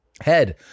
Head